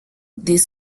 des